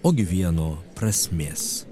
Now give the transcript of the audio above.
ogi vieno prasmės